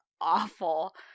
awful